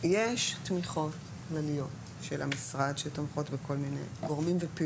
תמיכות כלליות של המשרד שתומכות בכל מיני גורמים ופעילויות.